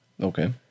Okay